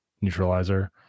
neutralizer